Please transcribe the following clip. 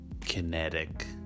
kinetic